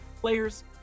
players